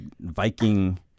Viking